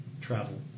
Travel